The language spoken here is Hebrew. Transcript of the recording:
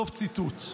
סוף ציטוט.